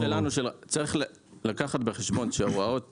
צריך לקחת בחשבון שההוראות